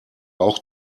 auch